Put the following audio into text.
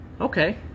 Okay